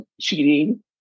cheating